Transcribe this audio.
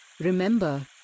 Remember